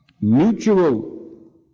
Mutual